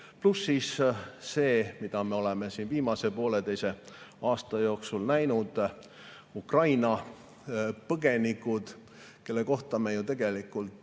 Pluss siis see, mida me oleme siin viimase pooleteise aasta jooksul näinud: Ukraina põgenikud, kelle kohta me ju tegelikult